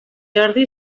jordi